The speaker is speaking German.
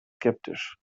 skeptisch